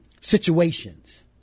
situations